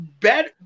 Better